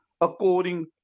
according